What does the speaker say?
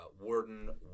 Warden